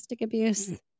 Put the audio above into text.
abuse